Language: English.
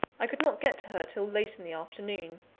i could not get to her till late in the afternoon.